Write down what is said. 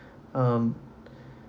um